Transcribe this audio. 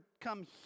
come